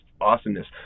awesomeness